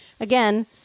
Again